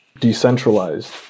decentralized